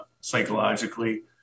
psychologically